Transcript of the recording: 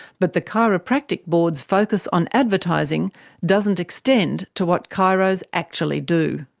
but the chiropractic board's focus on advertising doesn't extend to what chiros actually do.